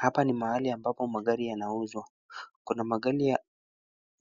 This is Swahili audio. Hapa ni mahali apo magari yanauzwa, kuna magari ya